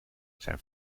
zijn